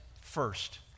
first